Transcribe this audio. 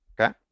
Okay